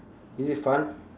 is it fun